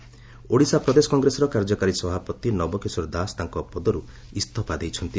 ଓଡ଼ିଶା କଂଗ୍ରେସ ଓଡ଼ିଶା ପ୍ରଦେଶ କଂଗ୍ରେସର କାର୍ଯ୍ୟକାରୀ ସଭାପତି ନବ କିଶୋର ଦାସ ତାଙ୍କ ପଦରୁ ଇସ୍ତଫା ଦେଇଛନ୍ତି